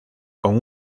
con